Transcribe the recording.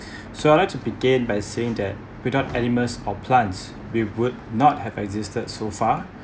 so I'd like to began by saying that without animals or plants we would not have existed so far